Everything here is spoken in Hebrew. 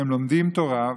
והם לומדים תורה.